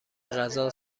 غذا